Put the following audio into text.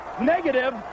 negative